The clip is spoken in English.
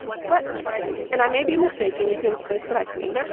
but and i may be mistaken. you can please correct me,